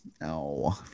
No